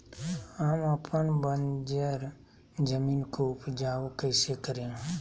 हम अपन बंजर जमीन को उपजाउ कैसे करे?